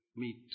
meet